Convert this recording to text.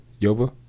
Yoba